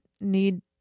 need